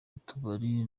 utubari